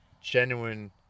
genuine